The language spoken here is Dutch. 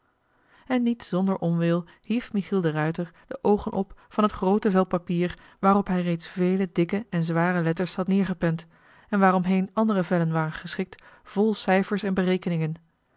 en niet zonder onwil hief michiel de ruijter de oogen op van het groote vel papier waarop hij reeds vele dikke en zware letters had neer gepend en waar omheen andere vellen waren geschikt vol cijfers en berekeningen